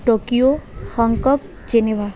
Tokyo Hong Kong Geneva